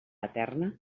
eterna